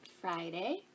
Friday